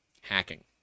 hacking